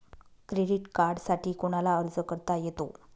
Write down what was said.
Credit कार्डसाठी कोणाला अर्ज करता येतो?